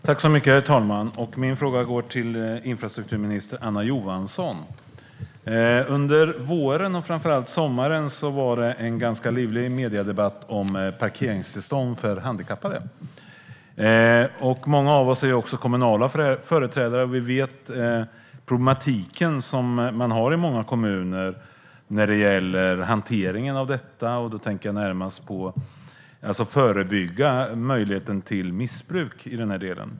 Herr talman! Min fråga går till infrastrukturminister Anna Johansson. Under våren och framför allt sommaren var det en ganska livlig mediedebatt om parkeringstillstånd för handikappade. Många av oss är också kommunala företrädare och känner till den problematik som man har i många kommuner när det gäller hanteringen av detta. Då tänker jag närmast på möjligheten att förebygga missbruk.